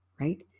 right